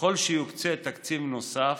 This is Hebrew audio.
ככל שיוקצה תקציב נוסף,